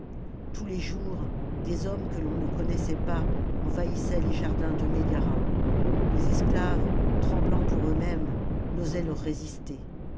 tous les jours des hommes que l'on ne connaissait pas envahissaient les jardins de mégara les esclaves tremblant pour eux-mêmes n'osaient leur résister